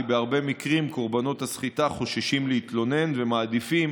כי בהרבה מקרים קורבנות הסחיטה חוששים להתלונן ומעדיפים